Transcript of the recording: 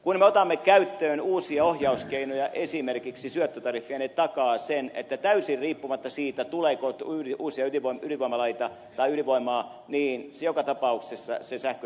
kun me otamme käyttöön uusia ohjauskeinoja esimerkiksi syöttötariffin ne takaavat sen että täysin riippumatta siitä tuleeko uusia ydinvoimaloita tai ydinvoimaa joka tapauksessa se sähkö tuotetaan